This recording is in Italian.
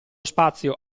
spazio